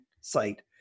site